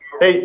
hey